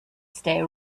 stay